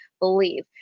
believe